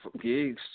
gigs